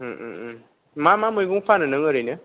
मा मा मैगं फानो नों ओरैनो